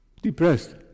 depressed